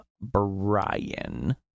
brian